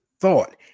thought